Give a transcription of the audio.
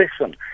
listen